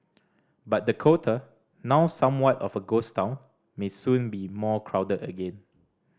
but Dakota now somewhat of a ghost town may soon be more crowded again